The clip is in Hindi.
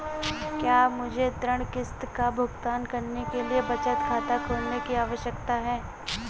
क्या मुझे ऋण किश्त का भुगतान करने के लिए बचत खाता खोलने की आवश्यकता है?